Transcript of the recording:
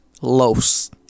Los